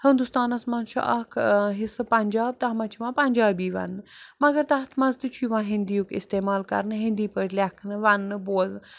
ہِندوستانَس منٛز چھُ اَکھ حِصہٕ پَنٛجاب تَتھ منٛز چھِ یِوان پَنٛجابی وَنٛنہٕ مگر تَتھ منٛز تہِ چھُ یِوان ہِنٛدِیُک اِستعمال کَرنہٕ ہِندی پٲٹھۍ لٮ۪کھنہٕ وَنٛنہٕ بولنہٕ